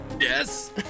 Yes